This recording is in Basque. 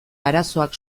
arazoak